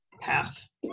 path